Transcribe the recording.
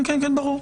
כן, כן, ברור.